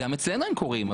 גם אצלנו הם קורים,